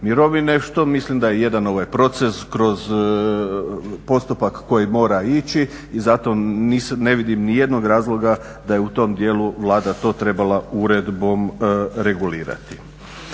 mirovine što mislim da je jedan proces kroz, postupak koji mora ići i zato sada ne vidim ni jednog razloga da je u tom dijelu Vlada to trebala uredbom regulirati.